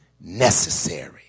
necessary